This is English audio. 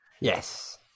yes